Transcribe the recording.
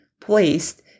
placed